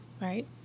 right